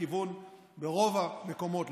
ברוב המקומות,